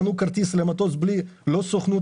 קנו כרטיס למטוס בלי סוכנות.